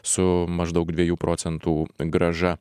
su maždaug dviejų procentų grąža